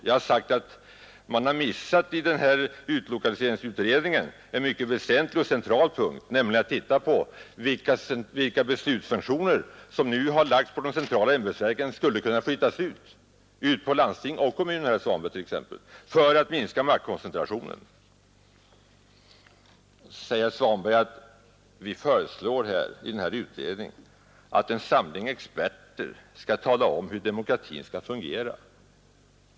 Jag har sagt att man i utlokaliseringsutredningen har missat en mycket väsentlig och central punkt, nämligen att se på vilka beslutsfunktioner som nu har lagts på centrala ämbetsverk och som skulle kunna flyttas ut, exempelvis till landsting och kommuner, för att minska maktkoncentrationen. Så säger herr Svanberg att vi i denna utredning föreslår att en samling experter skall tala om hur demokratin skall fungera.